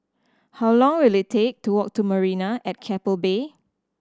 how long will it take to walk to Marina at Keppel Bay